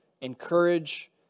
encourage